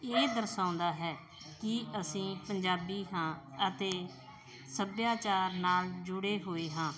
ਇਹ ਦਰਸਾਉਂਦਾ ਹੈ ਕਿ ਅਸੀਂ ਪੰਜਾਬੀ ਹਾਂ ਅਤੇ ਸੱਭਿਆਚਾਰ ਨਾਲ ਜੁੜੇ ਹੋਏ ਹਾਂ